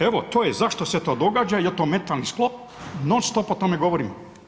Evo to je zašto se to događa jel to mentalni sklop non stop o tome govorimo.